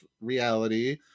reality